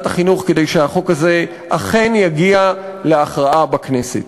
החינוך כדי שהחוק הזה אכן יגיע להכרעה בכנסת.